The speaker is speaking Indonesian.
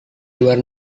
luar